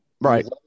Right